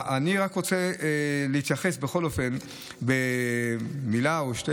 אני רוצה להתייחס בכל אופן במילה או שתי